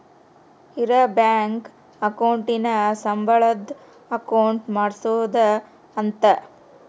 ಇರ bank account ನ ಸಂಬಳದ್ ಅಕೌಂಟ್ ಮಾಡ್ಸೋದ ಅಂತ